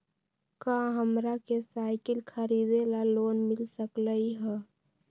का हमरा के साईकिल खरीदे ला लोन मिल सकलई ह?